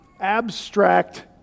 abstract